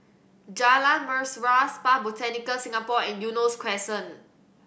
Jalan Mesra Spa Botanica Singapore and Eunos Crescent